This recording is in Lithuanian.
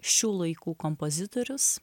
šių laikų kompozitorius